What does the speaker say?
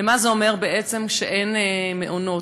למה זה אומר בעצם שאין מעונות.